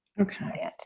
Okay